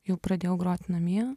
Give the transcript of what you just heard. jau pradėjau grot namie